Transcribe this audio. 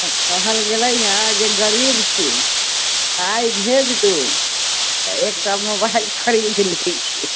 कहल गेलैए जे गरीब छी पाइ भेज दू तऽ एकटा मोबाइल खरीद लैत छी